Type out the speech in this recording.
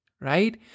right